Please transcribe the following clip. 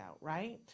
Right